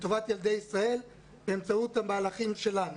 לטובת ילדי ישראל באמצעות המהלכים שלנו.